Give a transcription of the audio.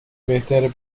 بهتره